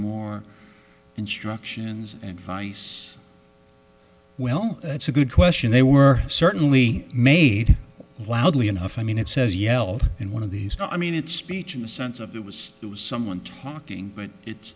more instructions and vice well that's a good question they were certainly made loudly enough i mean it says yelled in one of these i mean it's speech in the sense of it was someone talking but it